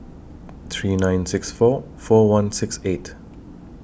three nine six four four one six eight